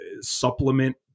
supplement